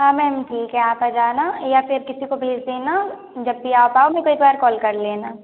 हाँ मैम ठीक है आप आ जाना या फिर किसी को भेज देना जब भी आप आओगे तो एक बार कॉल कर लेना